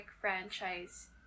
franchise